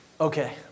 Okay